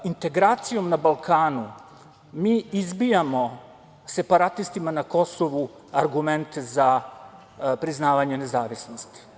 Integracijom na Balkanu mi izbijamo separatistima na Kosovu argumente za priznavanje nezavisnosti.